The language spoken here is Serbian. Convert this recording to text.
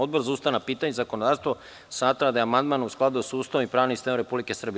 Odbor za ustavna pitanja i zakonodavstvo smatra da je amandman u skladu sa Ustavom i pravnim sistemom Republike Srbije.